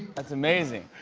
that's amazing.